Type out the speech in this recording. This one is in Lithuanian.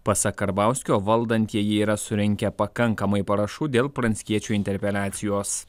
pasak karbauskio valdantieji yra surinkę pakankamai parašų dėl pranckiečio interpeliacijos